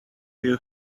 you